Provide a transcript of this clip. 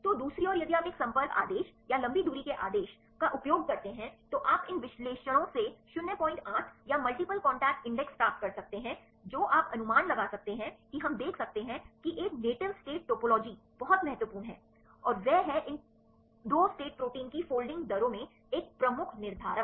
तो दूसरी ओर यदि आप एक संपर्क आदेश या लंबी दूरी के आदेश का उपयोग करते हैं तो आप इन विश्लेषणों से 08 या मल्टीपल कॉन्टैक्ट इंडेक्स प्राप्त कर सकते हैं जो आप अनुमान लगा सकते हैं कि हम देख सकते हैं कि एक नेटिव स्टेट टोपोलॉजी बहुत महत्वपूर्ण है और वह है इन 2 स्टेट प्रोटीन की फोल्डिंग दरों में एक प्रमुख निर्धारक